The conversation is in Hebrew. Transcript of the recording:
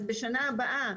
אז בשנה הבאה,